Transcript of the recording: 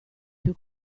più